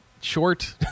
short